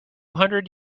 hundred